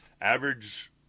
average